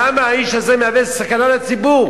למה האיש הזה מהווה סכנה לציבור?